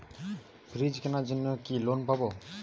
Fridge কেনার জন্য কি লোন পাব?